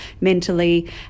mentally